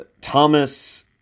thomas